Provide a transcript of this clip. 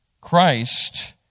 Christ